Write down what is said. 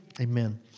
Amen